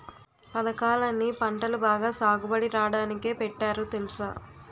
పదకాలన్నీ పంటలు బాగా సాగుబడి రాడానికే పెట్టారు తెలుసా?